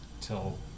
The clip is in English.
till